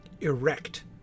erect